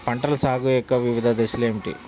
పంటల సాగు యొక్క వివిధ దశలు ఏమిటి?